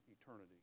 eternity